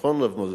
נכון, רב מוזס?